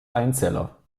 einzeller